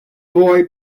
boy